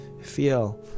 feel